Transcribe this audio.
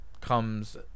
comes